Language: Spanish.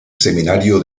seminario